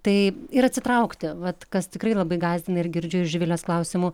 tai ir atsitraukti vat kas tikrai labai gąsdina ir girdžiu iš živilės klausimų